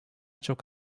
çok